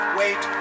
wait